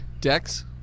dex